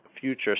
future